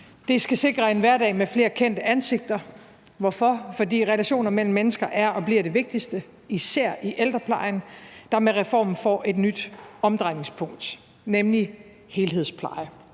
Det skal sikre en hverdag med flere kendte ansigter. Hvorfor? Fordi relationer mellem mennesker er og bliver det vigtigste, især i ældreplejen, der med reformen får et nyt omdrejningspunkt, nemlig helhedspleje.